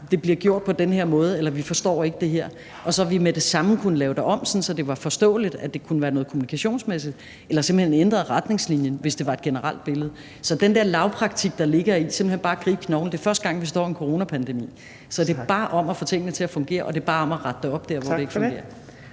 det bliver gjort på den her måde, eller at de ikke forstår det her. Så har vi med det samme kunnet lave det om, sådan at det var forståeligt, altså at det kunne være noget kommunikationsmæssigt; eller vi har simpelt hen ændret retningslinjen, hvis det var et generelt billede. Så der er den der lavpraktik, der ligger i, at man simpelt hen bare kan gribe knoglen. Det er første gang, vi står i en coronaepidemi, så det er bare om at få tingene til at fungere, og det er bare om at rette det op der, hvor det ikke fungerer.